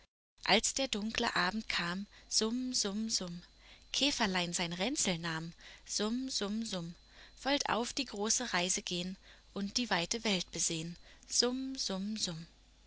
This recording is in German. als der dunkle abend kam summ summ summ käferlein sein ränzel nahm summ summ summ wollt auf die große reise gehn und die weite welt besehn summ summ summ